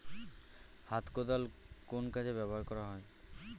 হাত কোদাল কোন কাজে ব্যবহার করা হয়?